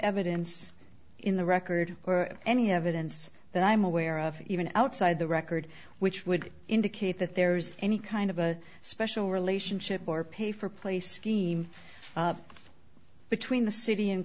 evidence in the record or any evidence that i'm aware of even outside the record which would indicate that there's any kind of a special relationship or pay for play scheme between the city